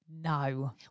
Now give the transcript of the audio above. No